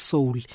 Soul